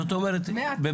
זאת אומרת,